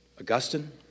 Augustine